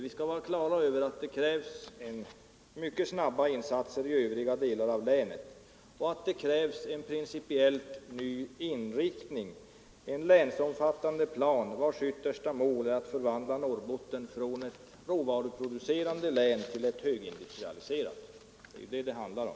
Vi skall vara klara över att det krävs mycket snabba insatser i övriga delar av länet och en principiellt ny inriktning — en länsomfattande plan vars yttersta mål är att förvandla Norrbotten från ett råvaruproducerande till ett högindustrialiserat län. Det är detta det handlar om.